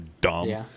dumb